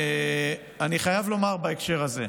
אני חייב לומר בהקשר הזה,